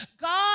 God